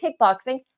Kickboxing